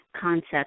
concept